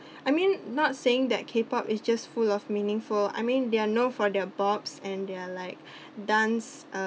I mean not saying that K pop is just full of meaningful I mean they're known for their bobs and they're like dance uh